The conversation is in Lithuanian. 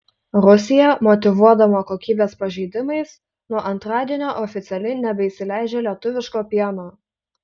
rusija motyvuodama kokybės pažeidimais nuo antradienio oficialiai nebeįsileidžia lietuviško pieno